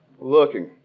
looking